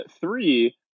three